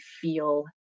feel